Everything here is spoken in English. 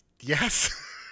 Yes